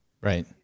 right